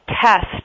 test